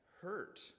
hurt